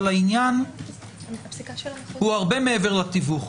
אבל העניין הוא הרבה מעבר לתיווך.